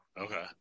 Okay